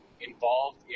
involved